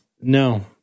No